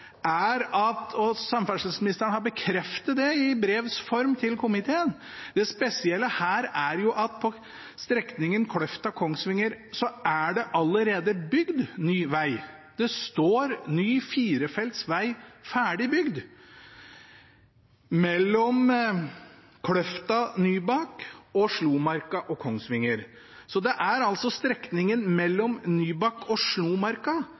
og samferdselsministeren har bekreftet det i brevs form til komiteen – er at på strekningen Kløfta–Kongsvinger er det allerede bygd ny veg. Det står ny firefelts veg ferdig bygd mellom Kløfta og Nybakk og mellom Slomarka og Kongsvinger. Det er altså på strekningen mellom Nybakk og Slomarka